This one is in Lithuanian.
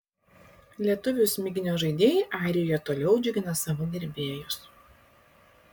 lietuvių smiginio žaidėjai airijoje toliau džiugina savo gerbėjus